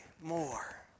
more